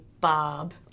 Bob